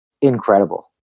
incredible